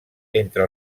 entre